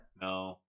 No